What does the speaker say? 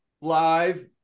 Live